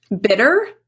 bitter